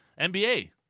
NBA